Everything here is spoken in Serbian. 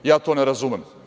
Ja to ne razumem.